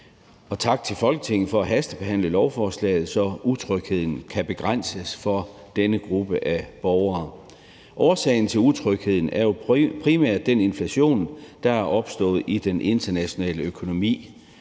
tak til Folketinget for at hastebehandle lovforslaget, så utrygheden kan begrænses for denne gruppe af borgere. Årsagen til utrygheden er jo primært den inflation, der er opstået i den internationale økonomi.